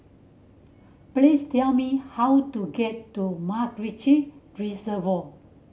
please tell me how to get to MacRitchie Reservoir